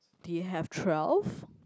do you have twelve